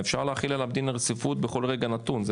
אפשר להחיל עליו דין רציפות בכל רגע נתון,